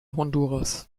honduras